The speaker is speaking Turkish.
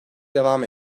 devam